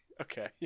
Okay